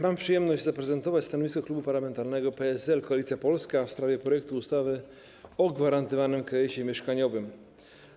Mam przyjemność zaprezentować stanowisko Klubu Parlamentarnego PSL - Koalicja Polska w sprawie projektu ustawy o gwarantowanym kredycie mieszkaniowym.